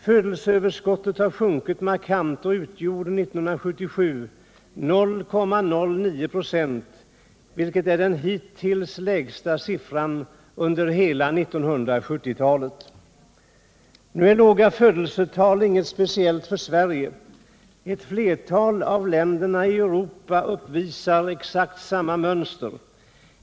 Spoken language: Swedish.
Födelseöverskottet har sjunkit markant och 1977 utgjorde det 0,09 96, vilket är den hittills lägsta siffran under hela 1900-talet. Nu är låga födelsetal inget speciellt för Sverige. Ett flertal av länderna i Europa uppvisar exakt samma mönster.